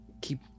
Keep